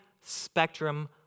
spectrum